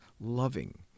loving